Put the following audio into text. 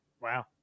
Wow